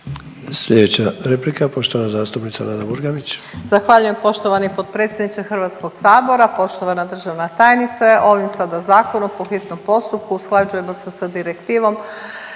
Slijedeća replika poštovana zastupnica Nada Murganić.